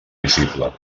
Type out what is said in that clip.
visible